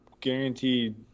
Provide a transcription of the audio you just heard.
guaranteed